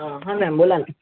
हां मॅम बोला ना